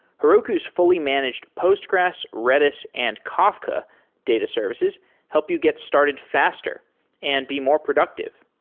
heroku's fully managed postgres, redis and kafka data services help you get started faster and be more productive.